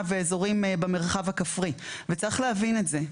ואזורים במרחב הכפרי וצריך להבין את זה.